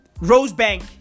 Rosebank